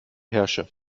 herrsche